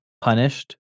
punished